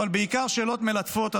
אבל בעיקר שאלות מלטפות,